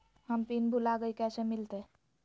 हम पिन भूला गई, कैसे मिलते?